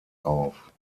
auf